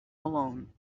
alone